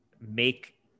make